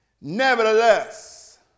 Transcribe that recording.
Nevertheless